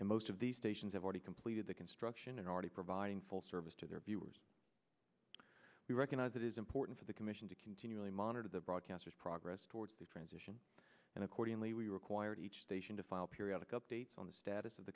and most of the stations have already completed the construction and already providing full service to their viewers we recognize it is important for the commission to continually monitor the broadcasters progress towards the transition and accordingly we required each station to file periodic updates on the status of